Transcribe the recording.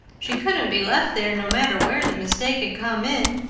she couldn't be left there, no matter where the mistake had come in.